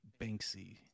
Banksy